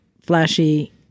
flashy